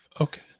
Okay